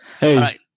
Hey